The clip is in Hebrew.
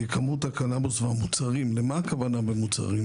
כי הכוונה היא להגיד כמה סוגים.